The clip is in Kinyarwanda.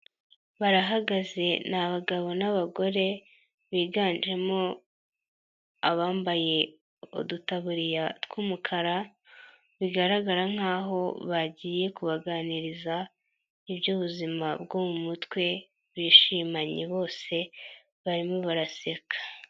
Barahagaze ni abagabo n'abagore biganjemo abambaye udutaburiya tw'umukara bigaragara nk'aho bagiye kubaganiriza iby'ubuzima bwo mu mutwe bishimanye bose barimo baraseka.